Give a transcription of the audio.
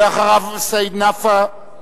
אחריו, סעיד נפאע,